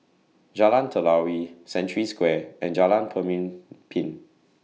Jalan Telawi Century Square and Jalan Pemimpin